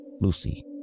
Lucy